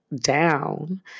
down